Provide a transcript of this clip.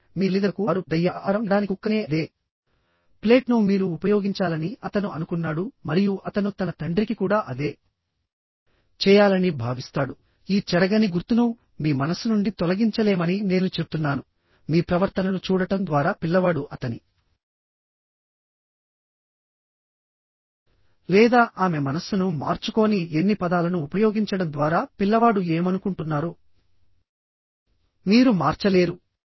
కాబట్టి మీ తల్లిదండ్రులకు వారు పెద్దయ్యాక ఆహారం ఇవ్వడానికి కుక్క తినే అదే ప్లేట్ను మీరు ఉపయోగించాలని అతను అనుకున్నాడు మరియు అతను తన తండ్రికి కూడా అదే చేయాలని భావిస్తాడు ఈ చెరగని గుర్తును మీ మనస్సు నుండి తొలగించలేమని నేను చెప్తున్నానుమీ ప్రవర్తనను చూడటం ద్వారా పిల్లవాడు అతని లేదా ఆమె మనస్సును మార్చుకోని ఎన్ని పదాలను ఉపయోగించడం ద్వారా పిల్లవాడు ఏమనుకుంటున్నారో మీరు మార్చలేరు